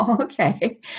Okay